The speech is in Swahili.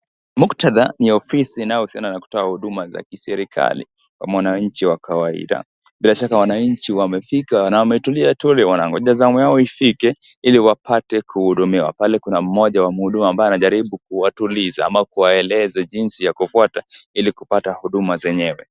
Muktadha ni ofisi inayohusiana na kutoa huduma za kiserikali kwa mwananchi wa kawaida. Bila shaka wananchi wamefika na wametulia tuli wanangojea zamu yao ifike ili wapate kuhudumiwa. Pale kuna mmoja wa mhudumu ambaye anajaribu kutuliza ama kuwaeleze jinsi ya kufuata ili kupata huduma zenyewe.